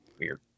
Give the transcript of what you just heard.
weird